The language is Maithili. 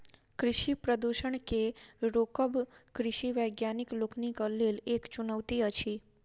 कृषि प्रदूषण के रोकब कृषि वैज्ञानिक लोकनिक लेल एक चुनौती अछि